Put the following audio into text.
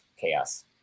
chaos